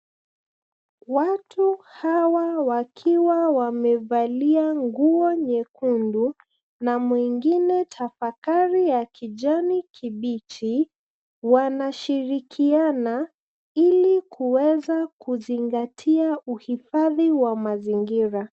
Watu hawa wakiwa wamevalia nguo nyekundu na mwingine tafakari ya kijani kibichi wanashirikiana ili kuweza kuzingatia uhifadhi wa mazingira.